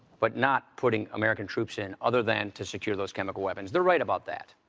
but not putting american troops in, other than to secure those chemical weapons. they're right about that.